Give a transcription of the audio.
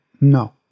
no